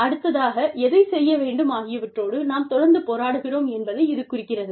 அடுத்ததாக எதைச் செய்ய வேண்டும் ஆகியவற்றோடு நாம் தொடர்ந்து போராடுகிறோம் என்பதை இது குறிக்கிறது